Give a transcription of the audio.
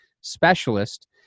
Specialist